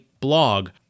blog